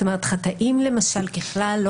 ככלל,